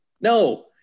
No